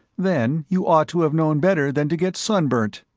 then you ought to have known better than to get sunburnt.